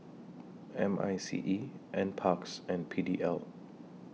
M I C E N Parks and P D L